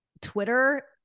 Twitter